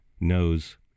knows